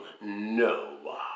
no